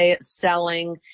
selling